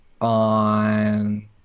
on